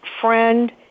friend